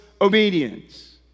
obedience